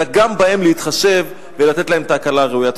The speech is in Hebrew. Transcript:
אלא גם בהן להתחשב ולתת להן את ההקלה הראויה.